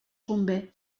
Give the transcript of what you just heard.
convé